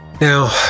Now